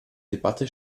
debatte